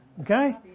okay